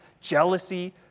jealousy